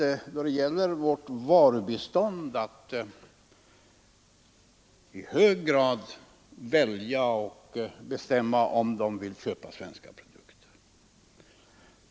Då det gäller vårt varubistånd har u-länderna i hög grad möjlighet att själva bestämma om de vill köpa svenska produkter.